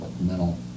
mental